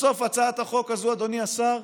בסוף, הצעת החוק הזאת, אדוני השר,